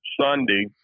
Sunday